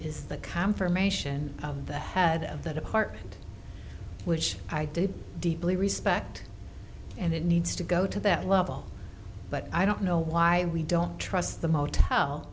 the confirmation of the head of that heart which i do deeply respect and it needs to go to that level but i don't know why we don't trust the motel